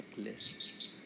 checklists